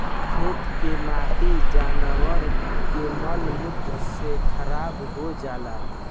खेत के माटी जानवर के मल मूत्र से खराब हो जाला